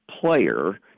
player